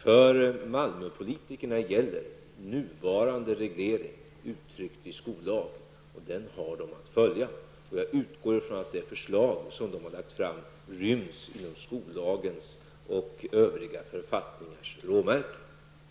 För Malmöpolitikerna gäller nuvarande reglering, uttryckt i skollagen, och den har de att följa. Jag utgår från att de förslag som de har lagt fram ryms inom skollagens och övriga författningars råmärken.